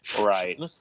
Right